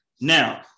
Now